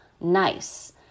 nice